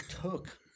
Took